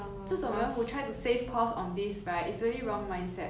ya so have you ever thought of 去整容